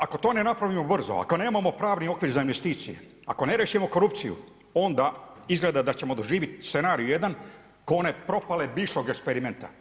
Ako to ne napravimo brzo, ako nemamo pravni okvir za investicije, ako ne riješimo korupciju onda izgleda da ćemo doživjeti scenarij jedan ko one propale bivšeg eksperimenta.